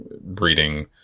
breeding